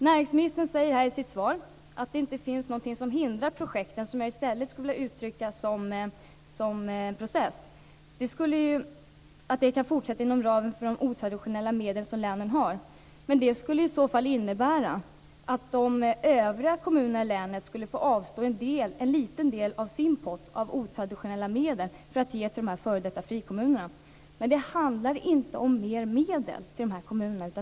Näringsministern sade i svaret att det inte finns någonting som hindrar projekten - jag skulle i stället uttrycka dem som en process. De skall kunna fortsätta inom ramen för de otraditionella medel som länen har. Det skulle innebära att de övriga kommunerna i länet skulle få avstå en liten del av sin pott av otraditionella medel för att ge till de f.d. frikommunerna. Men det handlar inte om mer medel till dessa kommuner!